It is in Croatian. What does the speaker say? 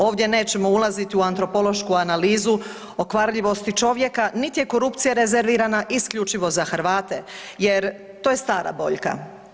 Ovdje nećemo ulaziti u antropološku analizu o kvarljivosti čovjeka niti je korupcija rezervirana isključivo za Hrvate jer to je stara boljka.